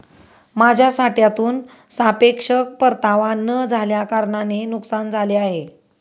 माझ्या साठ्यातून सापेक्ष परतावा न झाल्याकारणाने नुकसान झाले आहे